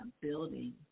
building